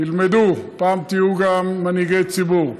תלמדו, פעם תהיו גם מנהיגי ציבור.